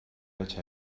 veig